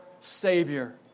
Savior